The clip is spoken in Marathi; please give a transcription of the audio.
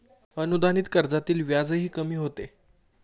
अनुदानित कर्जातील व्याजही कमी होते